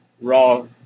Raw